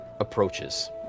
approaches